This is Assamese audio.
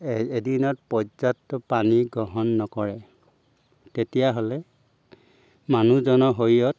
এদিনত পৰ্যাপ্ত পানী গ্ৰহণ নকৰে তেতিয়াহ'লে মানুহজনৰ শৰীৰত